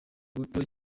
guto